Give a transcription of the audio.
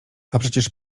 przecież